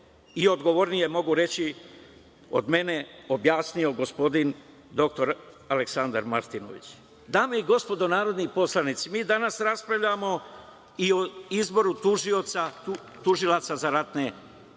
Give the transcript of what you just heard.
i odgovornije, mogu reći, od mene objasnio gospodin dr Aleksandar Martinović. Dame i gospodo narodni poslanici, mi danas raspravljamo i o izboru tužilaca za ratne zločine.